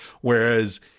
Whereas